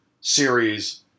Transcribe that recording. series